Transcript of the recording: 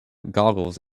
goggles